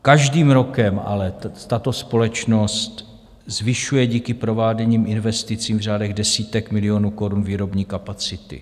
Každým rokem ale tato společnost zvyšuje díky prováděným investicím v řádech desítek milionů korun výrobní kapacity.